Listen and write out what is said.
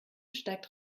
steigt